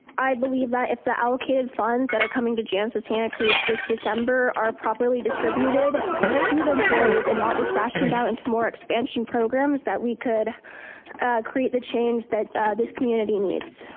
i believe that if the allocated funds that are coming to janus of santa cruz this december are properly distributed to the employees and not just rationed out into more expansion programs that we could create the change that this community needs.